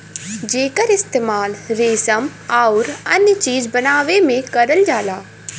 जेकर इस्तेमाल रेसम आउर अन्य चीज बनावे में करल जाला